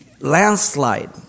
landslide